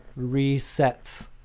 resets